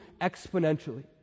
exponentially